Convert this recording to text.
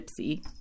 gypsy